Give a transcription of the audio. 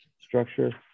structure